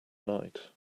night